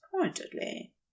pointedly